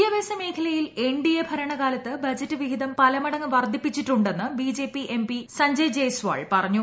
വിദ്യാഭ്യാസ മേഖലയിൽ എൻഡിഎ ഭരണകാലത്ത് ബജറ്റ് വിഹിതം പലമടങ്ങ് വർദ്ധിപ്പിച്ചിട്ടുണ്ടെന്ന് ബിജെപി എംപി സഞ്ജയ് ജയ്സ്വാൾ പറഞ്ഞു